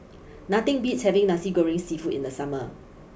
nothing beats having Nasi Goreng Seafood in the summer